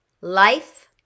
Life